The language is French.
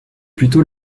plutôt